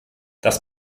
das